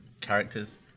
characters